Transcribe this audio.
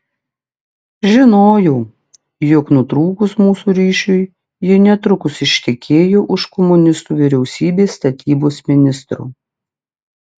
žinojau jog nutrūkus mūsų ryšiui ji netrukus ištekėjo už komunistų vyriausybės statybos ministro